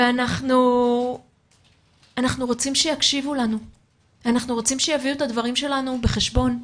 אנחנו רוצים שיקשיבו לנו ואנחנו רוצים שיביאו את הדברים שלנו בחשבון.